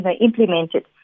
implemented